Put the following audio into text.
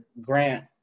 grant